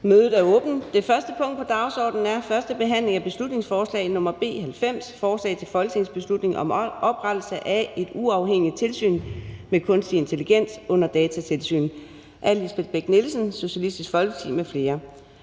Mødet er åbnet. --- Det første punkt på dagsordenen er: 1) 1. behandling af beslutningsforslag nr. B 90: Forslag til folketingsbeslutning om oprettelse af et uafhængigt tilsyn med kunstig intelligens under Datatilsynet. Af Lisbeth Bech-Nielsen (SF) m.fl.